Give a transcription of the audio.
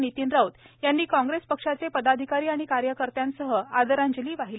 नितीन राऊत यांनी काँग्रेस पक्षाचे पदाधिकारी आणि कार्यकर्त्यांसह आदरांजली वाहिली